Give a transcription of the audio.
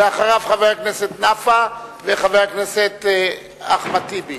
אחריו חבר הכנסת נפאע וחבר הכנסת אחמד טיבי.